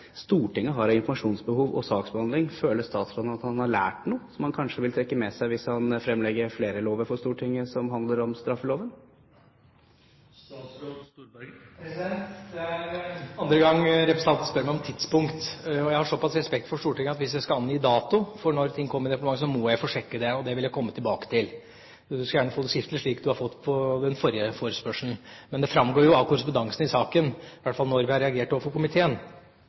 Stortinget har av informasjonsbehov og med hensyn til saksbehandling, føler statsråden at han har lært noe som han kanskje vil trekke med seg hvis han fremlegger flere lover for Stortinget som handler om straffeloven? Det er andre gang representanten spør meg om tidspunkt. Jeg har såpass respekt for Stortinget at hvis jeg skal angi dato for når ting kom i departementet, må jeg få sjekke det og komme tilbake til det. Representanten kan gjerne få det skriftlig, slik han fikk det på den forrige forespørselen. Men dette framgår jo av korrespondansen i saken, i hvert fall når vi reagerte overfor komiteen. Jeg må bare understreke at jeg er veldig glad for